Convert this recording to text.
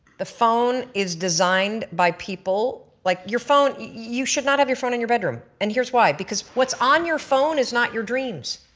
the phone is designed by people like your phone you should not have your phone in your bedroom and here is why because what's on your phone is not your dreams.